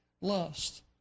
lust